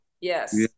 yes